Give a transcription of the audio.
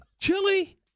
chili